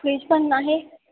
fridge पण आहे